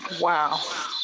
Wow